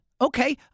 okay